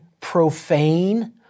profane